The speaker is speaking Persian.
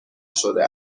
شده